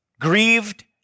grieved